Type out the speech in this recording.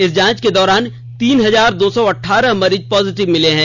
इस जांच के दौरान तीन हजार दौ सौ अठारह मरीज पॉजिटिव मिले हैं